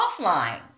offline